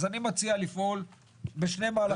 אז אני מציע לפעול בשני מהלכים.